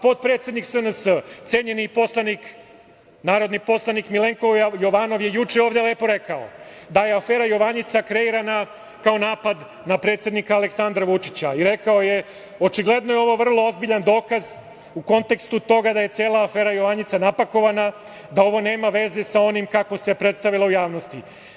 Potpredsednik SNS, cenjeni narodni poslanik Milenko Jovanov je juče ovde lepo rekao da je afera „Jovanjica“ kreirana kao napad na predsednika Aleksandra Vučića i rekao je da je ovo očigledno vrlo ozbiljan dokaz u kontekstu toga da je cela afera „Jovanjica“ napakovana, da ovo nema veze sa onim kako se predstavilo u javnosti.